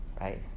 Right